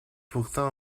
pourtant